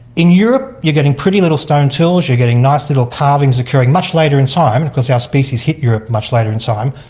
in europe you're getting pretty little stone tools, you're getting nice little carvings occurring much later in time because our species hit europe much later in time,